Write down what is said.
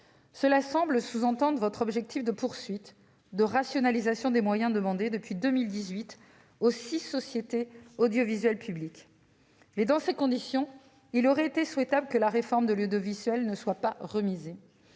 Cela semble sous-tendre la poursuite de la rationalisation des moyens que vous demandez depuis 2018 aux six sociétés audiovisuelles publiques. Mais, dans ces conditions, il aurait été souhaitable que la réforme de l'audiovisuel ne soit pas remisée.